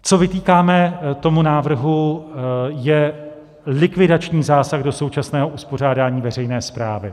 Co vytýkáme tomu návrhu, je likvidační zásah do současného uspořádání veřejné správy.